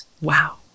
Wow